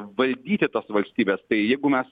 valdyti tos valstybės tai jeigu mes